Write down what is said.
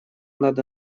надо